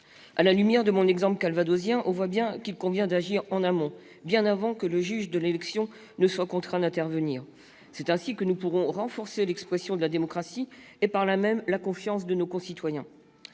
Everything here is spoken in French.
À la lumière de mon exemple calvadosien, on voit bien qu'il convient d'agir en amont, bien avant que le juge de l'élection ne soit contraint d'intervenir. C'est ainsi que nous pourrons renforcer l'expression de la démocratie et, par là même, la confiance de nos concitoyens.